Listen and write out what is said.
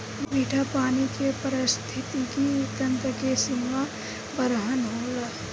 मीठा पानी के पारिस्थितिकी तंत्र के सीमा बरहन होला